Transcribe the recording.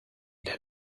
del